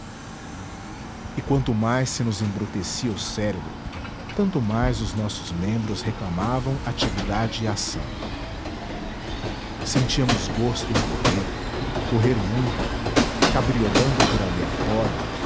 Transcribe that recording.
e quanto mais se nos embrutecia o cérebro tanto mais os nossos membros reclamavam atividade e ação sentíamos gosto em correr correr muito cabriolando por ali a fora